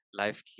life